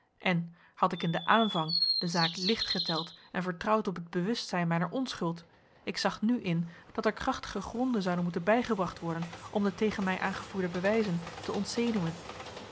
en had ik in den aanvang de zaak licht geteld en vertrouwd op het bewustzijn mijner onschuld ik zag nu in dat er krachtige gronden zouden moeten bijgebracht worden om de tegen mij aangevoerde bewijzen te ontzenuwen